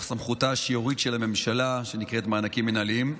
סמכותה השיורית של הממשלה שנקראת "מענקים מינהליים".